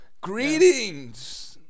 Greetings